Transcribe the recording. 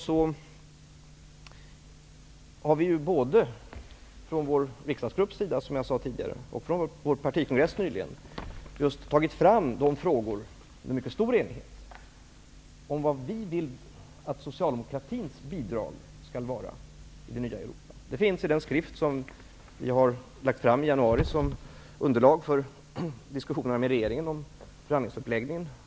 Både i vår riksdagsgrupp och under vår partikongress nyligen har vi dessutom i mycket stor enighet tagit fram de frågor som vi anser skall vara socialdemokratins bidrag i det nya Europa. Det finns angivet i den skrift som vi i januari lade fram såsom underlag för diskussionerna med regeringen om bl.a. förhandlingsuppläggningen.